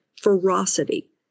ferocity